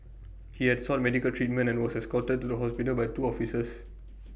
he had sought medical treatment and was escorted to the hospital by two officers